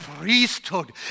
priesthood